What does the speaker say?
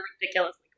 ridiculously